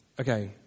okay